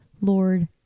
Lord